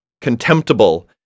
contemptible